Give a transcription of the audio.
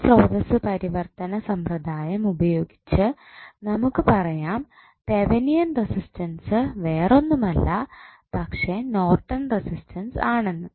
ഈ സ്രോതസ്സ് പരിവർത്തന സമ്പ്രദായം ഉപയോഗിച്ച് നമുക്ക് പറയാം തെവനിയൻ റെസിസ്റ്റൻസ് വേറൊന്നുമല്ല പക്ഷേ നോർട്ടൺ റെസിസ്റ്റൻസ് ആണെന്ന്